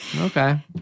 Okay